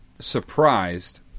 surprised